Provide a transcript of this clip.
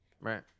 right